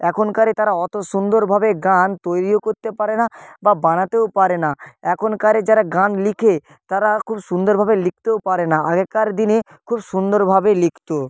এখনকারে তারা অত সুন্দরভাবে গান তৈরিও করতে পারে না বা বানাতেও পারে না এখনকারে যারা গান লিখে তারা খুব সুন্দরভাবে লিখতেও পারে না আগেকার দিনে খুব সুন্দরভাবে লিখতো